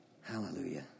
Hallelujah